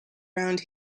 around